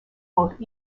both